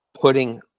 putting